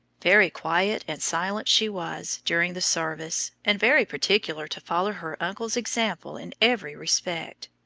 very quiet and silent she was during the service, and very particular to follow her uncle's example in every respect,